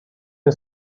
der